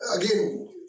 again